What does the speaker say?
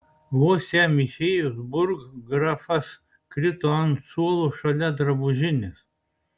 vos jam išėjus burggrafas krito ant suolo šalia drabužinės